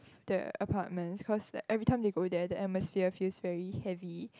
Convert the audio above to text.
the apartments cause like every time they go there the atmosphere feels very heavy